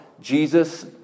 Jesus